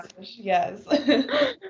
Yes